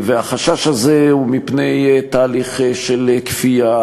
החשש הזה הוא מפני תהליך של כפייה,